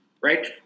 right